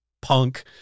punk